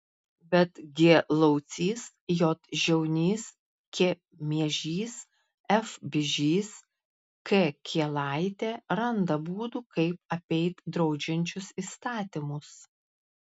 bet g laucys j žiaunys k miežys f bižys k kielaitė randa būdų kaip apeit draudžiančius įstatymus